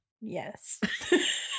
yes